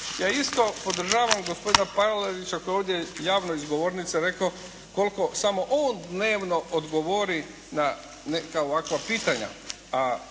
Ja isto podržavam gospodina Palarića koji je ovdje javno iz govornice rekao koliko samo on dnevno odgovori na neka ovakva pitanja,